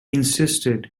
insisted